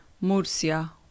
Murcia